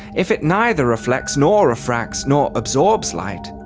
if it neither reflects nor refracts nor absorbs light,